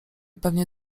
pewnie